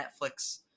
netflix